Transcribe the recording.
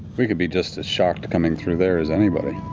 we could be just as shocked coming through there as anybody.